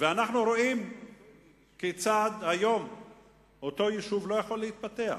אנחנו רואים כיצד היום אותו יישוב לא יכול להתפתח